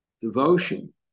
devotion